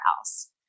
else